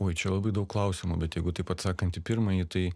oi čia labai daug klausimų bet jeigu taip atsakant į pirmąjį tai